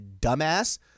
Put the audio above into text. dumbass